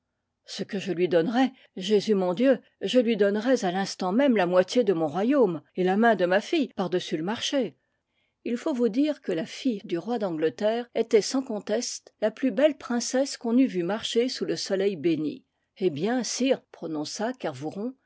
ce que je lui donnerais jésus mon dieu je lui donnerais à l'instant même la moitié de mon royaume et la main de ma fille par-dessus le marché ii faut vous dire que la fille du roi d'angleterre était sans conteste la plus belle princesse qu'on eût vu marcher sous le soleil béni l h bien sire prononça kervouron